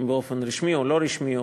אם באופן רשמי או לא רשמי,